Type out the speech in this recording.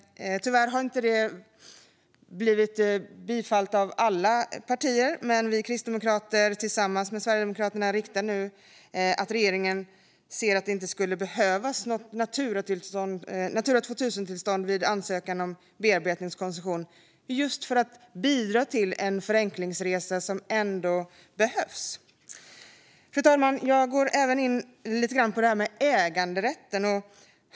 Tyvärr har det inte fått bifall från alla partier, men vi kristdemokrater, tillsammans med Sverigedemokraterna, riktar nu ett förslag om att regeringen ser att det inte skulle behövas något Natura 2000-tillstånd vid ansökan om bearbetningskoncession, just för att bidra till en förenklingsresa som ändå behövs. Fru talman! Jag går även in lite grann på äganderätten.